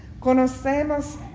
Conocemos